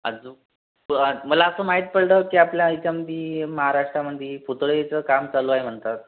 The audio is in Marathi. आजूक मला असं माहित पडलं की आपल्या याच्यामध्ये महाराष्ट्रामध्ये पुतळ्याचं काम चालू आहे म्हणतात